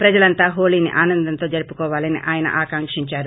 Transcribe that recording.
ప్రజలంతా హోలీని ఆనందంతో జరుపుకోవాలని ఆయన ఆకాక్షించారు